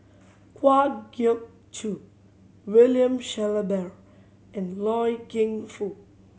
Kwa Geok Choo William Shellabear and Loy Keng Foo